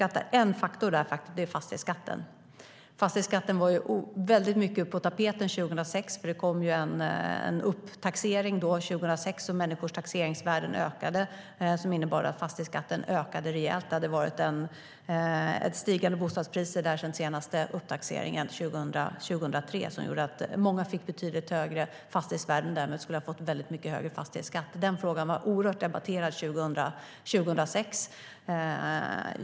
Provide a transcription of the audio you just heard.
Jag tror att Niklas Wykman underskattar en faktor där, och det är fastighetsskatten. Den var mycket på tapeten 2006. Det kom en upptaxering 2006, och människors taxeringsvärden ökade, vilket innebar att fastighetsskatten ökade rejält. Det hade varit stigande bostadspriser sedan den senaste upptaxeringen 2003, vilket ledde till att många fick betydligt högre fastighetsvärden och därmed skulle ha fått mycket högre fastighetsskatt.Frågan var oerhört debatterad 2006.